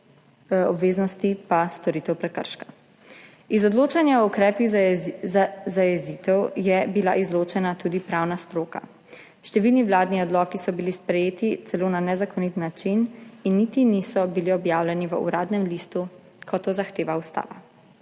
obveznosti pa storitev prekrška. Iz odločanja o ukrepih za zajezitev je bila izločena tudi pravna stroka. Številni vladni odloki so bili sprejeti celo na nezakonit način in niti niso bili objavljeni v Uradnem listu, kot to zahteva ustava.